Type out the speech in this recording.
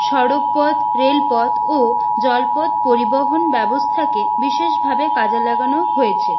সড়কপথ রেলপথ ও জলপথ পরিবহন ব্যবস্থাকে বিশেষভাবে কাজে লাগানো হয়েছে